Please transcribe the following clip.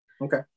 okay